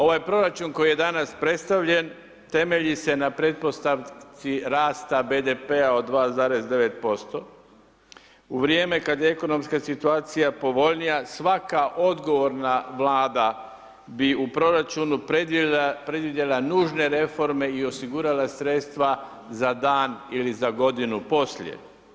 Ovaj proračun koji je danas predstavljen, temelji se na pretpostavci rasta BDP-a od 2,9%, u vrijeme kad je ekonomska situacija povoljnija, svaka odgovorna Vlada bi u proračunu predvidjela nužne reforme i osigurala sredstava za dan ili za godinu poslije.